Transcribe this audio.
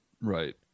Right